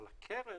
אבל הקרן